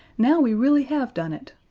now we really have done it.